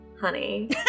honey